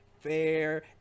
fair